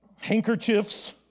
handkerchiefs